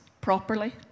properly